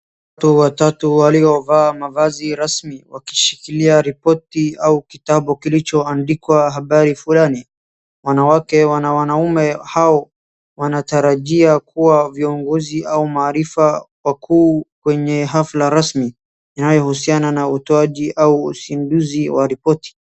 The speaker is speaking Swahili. Watu watatu waliovaa mavazi rasmi wakishikilia ripoti au kitabu kilichoandikwa habari fulani. Mwanamke na wanaume hao wanatarajia kuwa viongozi au maarifa wakuu kwenye hafla rasmi inayohusiana na utoaji au uzinduzi wa ripoti.